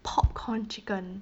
popcorn chicken